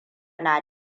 na